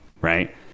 right